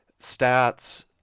Stats